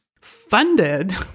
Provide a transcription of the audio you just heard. funded